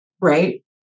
Right